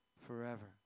forever